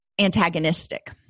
antagonistic